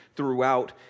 throughout